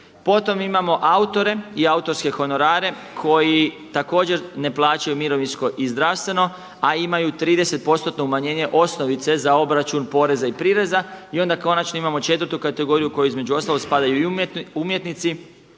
Potom imamo autore i autorske honorare koji također ne plaćaju mirovinsko i zdravstveno, a imaju 30% umanjenje osnovice za obračun poreza i prireza. I onda konačno imamo četvrtu kategoriju u koju između ostalog spadaju i umjetnici